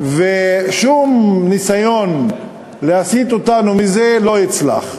ושום ניסיון להסיט אותנו מזה לא יצלח.